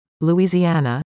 Louisiana